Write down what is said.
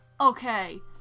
Okay